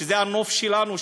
זה הנוף שלנו,